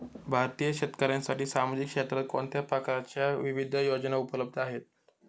भारतीय शेतकऱ्यांसाठी सामाजिक क्षेत्रात कोणत्या प्रकारच्या विविध योजना उपलब्ध आहेत?